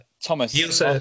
Thomas